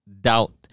doubt